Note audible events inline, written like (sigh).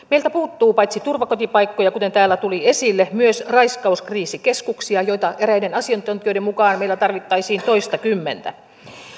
(unintelligible) meiltä puuttuu paitsi turvakotipaikkoja kuten täällä tuli esille myös raiskauskriisikeskuksia joita eräiden asiantuntijoiden mukaan meillä tarvittaisiin toistakymmentä